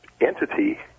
entity